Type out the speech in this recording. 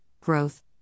growth